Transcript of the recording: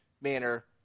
manner